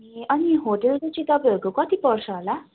ए अनि होटेलको चाहिँ तपाईँहरूको कति पर्छ होला